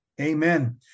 Amen